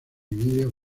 vídeos